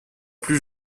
plus